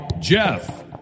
Jeff